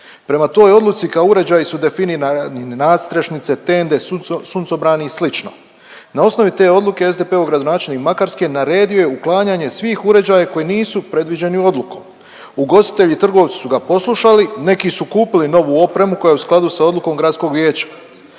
Prema toj odluci kao uređaji su definirani nadstrešnice, tende, suncobrani i slično. Na osovi te odluke SDP-ov gradonačelnik Makarske naredio je uklanjanje svih uređaja koji nisu predviđeni odlukom. Ugostitelji i trgovci su ga poslušali, neki su kupili novu opremu koja je u skladu sa odlukom gradskog vijeća.